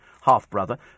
half-brother